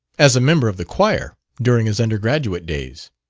as a member of the choir, during his undergraduate days.